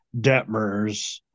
Detmers